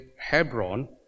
Hebron